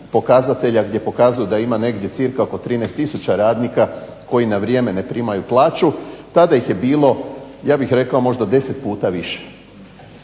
pokazatelja gdje pokazuje da ima negdje cca oko 13000 radnika koji na vrijeme ne primaju plaću, tada ih je bilo ja bih rekao možda 10 puta više.